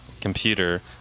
computer